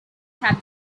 have